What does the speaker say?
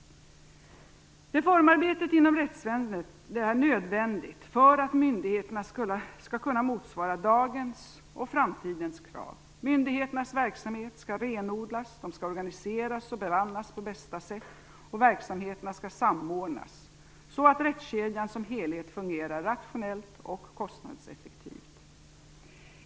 Reformarbetet inom rättsväsendet är nödvändigt för att myndigheterna skall kunna motsvara dagens och framtidens krav. Myndigheternas verksamhet skall renodlas. De skall organiseras och bemannas på bästa sätt. Verksamheterna skall samordnas så att rättskedjan som helhet fungerar rationellt och kostnadseffektivt.